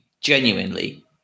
genuinely